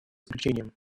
исключением